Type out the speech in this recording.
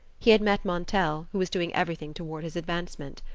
he had met montel, who was doing everything toward his advancement.